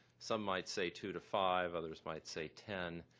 some might say two to five, others might say ten.